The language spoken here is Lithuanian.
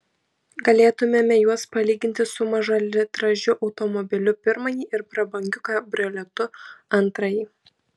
galėtumėme juos palyginti su mažalitražiu automobiliu pirmąjį ir prabangiu kabrioletu antrąjį